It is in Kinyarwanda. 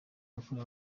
yakorewe